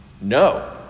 No